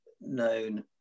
known